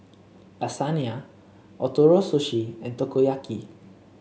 Lasagne Ootoro Sushi and Takoyaki